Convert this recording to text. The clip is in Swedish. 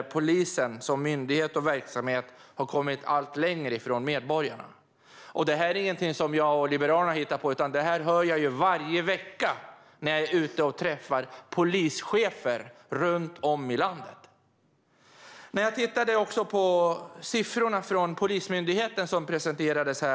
Polisen har som myndighet och verksamhet kommit allt längre bort från medborgarna. Detta är inget som jag och Liberalerna har hittat på, utan detta hör jag varje vecka när jag är ute och träffar polischefer runt om i landet. Jag har tittat på de siffror från Polismyndigheten som presenterats.